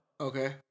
Okay